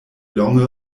longe